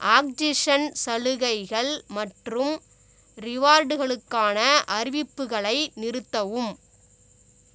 oxygen சலுகைகள் மற்றும் ரிவார்டுகளுக்கான அறிவிப்புகளை நிறுத்தவும்